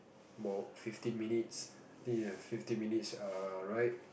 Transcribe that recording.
about fifteen minutes ya fifteen minutes err ride